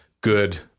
good